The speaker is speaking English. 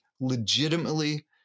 Legitimately